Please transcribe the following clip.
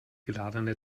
geladene